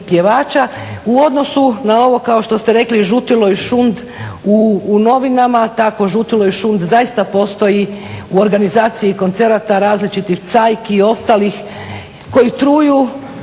U odnosu na ovo kao što ste rekli žutilo i šund u novinama, takvo žutilo zaista postoji u organizaciji koncerata različitih cajki i ostalih koji truju